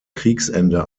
kriegsende